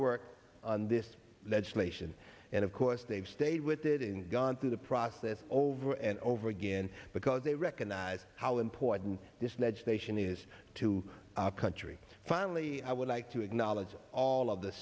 work on this legislation and of course they've stayed with it and gone through the process over and over again because they recognize how important this legislation is to our country finally i would like to acknowledge all of the